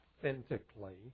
authentically